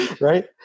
right